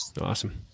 Awesome